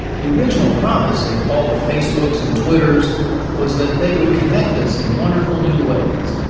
the original promise of all the facebooks and twitters was that they would connect us in wonderful new ways.